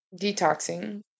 detoxing